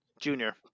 junior